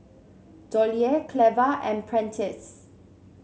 Dollye Cleva and Prentice